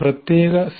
പ്രത്യേക സി